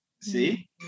see